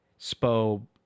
Spo